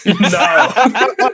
No